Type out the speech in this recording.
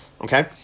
Okay